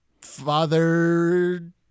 Father